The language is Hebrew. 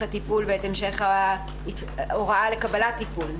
הטיפול ואת המשך ההוראה לקבלת טיפול,